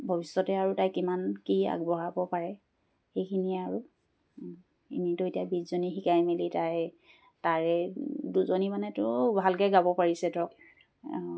ভৱিষ্যতে আৰু তাই কিমান কি আগবঢ়াব পাৰে সেইখিনিয়ে আৰু এনেতো এতিয়া বিছজনী শিকাই মেলি তাই তাৰে দুজনী মানেতো ভালকৈ গাব পাৰিছে ধৰক